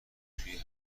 توی